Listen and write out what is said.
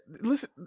listen